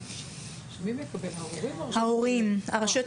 דיברנו על כך שמשרד החינוך צריך לבוא ולהציג את